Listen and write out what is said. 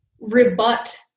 rebut